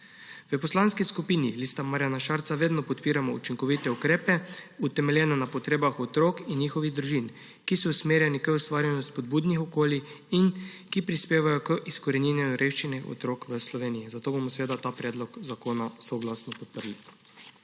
V Poslanski skupini Lista Marjana Šarca vedno podpiramo učinkovite ukrepe, utemeljene na potrebah otrok in njihovih družin, ki so usmerjeni k ustvarjanju spodbudnih okolij in ki prispevajo k izkoreninjanju revščine otrok v Sloveniji, zato bomo ta predlog zakona soglasno podprli.